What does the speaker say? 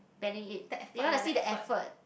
planning it you want to see the effort